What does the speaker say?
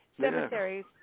cemeteries